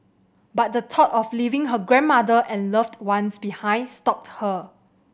but the thought of leaving her grandmother and loved ones behind stopped her